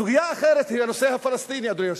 סוגיה אחרת היא הנושא הפלסטיני, אדוני היושב-ראש.